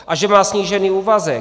A že má snížený úvazek.